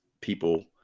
people